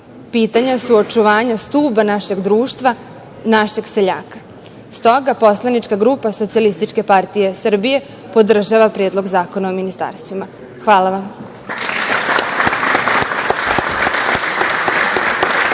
pitanja su očuvanja stuba našeg društva, našeg seljaka. Stoga, poslanička grupa SPS podržava Predlog zakona o ministarstvima. Hvala vam.